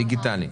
"דיגיטליים".